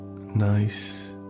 nice